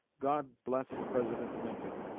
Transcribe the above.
god bless president lincoln,